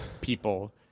people